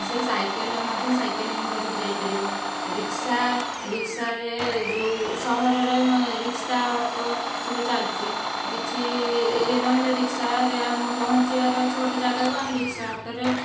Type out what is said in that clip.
ସେ ସାଇକେଲ୍ରେ ମଧ୍ୟ ସାଇକେଲିଂ କରିକି ଯାଇପାରିବ ରିକ୍ସା ରିକ୍ସାରେ ଯେଉଁ ସହରରେ ରିକ୍ସା ଅଟୋ ସବୁ ଚାଲିଛି କିଛି ଇଏ ନ ହେଲେ ରିକ୍ସାରେ ଆମକୁ ପହଞ୍ଚିବାର ଅଛି ଗୋଟିଏ ଜାଗାକୁ ଆମେ ରିକ୍ସା ଅଟୋରେ